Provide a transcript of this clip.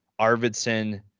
Arvidsson